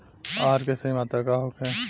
आहार के सही मात्रा का होखे?